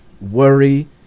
worry